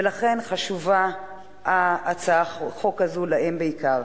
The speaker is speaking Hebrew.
ולכן חשובה הצעת החוק הזאת כלפיהם בעיקר.